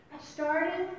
starting